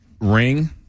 ring